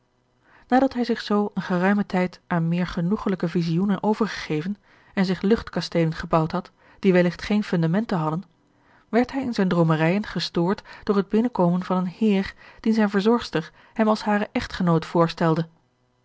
nadat hij zich zoo een geruimen tijd aan meer genoegelijke vizioenen overgegeven en zich luchtkasteelen gebouwd had die welligt geene fundamenten hadden werd hij in zijne droomerijen george een ongeluksvogel gestoord door het binnenkomen van een heer dien zijne verzorgster hem als haren echtgenoot voorstelde